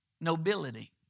nobility